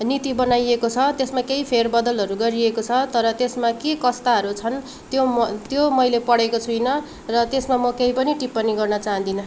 नीति बनाइएको छ त्यसमा केही फेर बदलहरू गरिएको छ तर त्यसमा के कस्ताहरू छन् त्यो म त्यो मैले पढेको छुइनँ र त्यसमा म केही पनि टिप्पणी गर्न चाहदिनँ